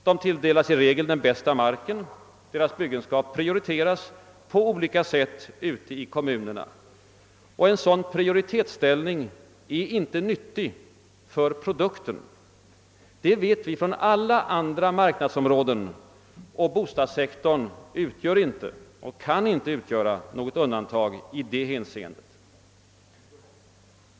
De tilldelas i regel den bästa marken och deras byggenskap prioriteras på olika sätt ute i kommunerna. En sådan prioritetsställning är inte nyttig för produkten — det vet vi från alla andra marknadsområden. Och bostadssektorn kan inte utgöra något undantag i det hänseendet.